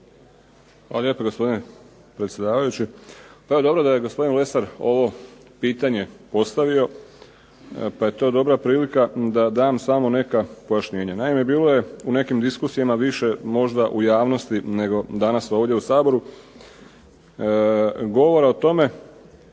Hvala lijepo, gospodine predsjedavajući. Evo dobro da je gospodin Lesar ovo pitanje postavio pa je to dobra prilika da dam samo neka pojašnjenja. Naime, bilo je u nekim diskusijama više možda u javnosti nego danas ovdje u Saboru govora o tome